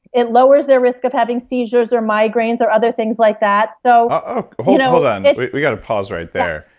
it lowers their risk of having seizures or migraines or other things like that so you know hold on. we we got to pause right there.